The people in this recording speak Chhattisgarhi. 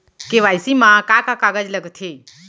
के.वाई.सी मा का का कागज लगथे?